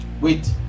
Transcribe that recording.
Wait